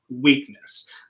weakness